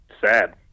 Sad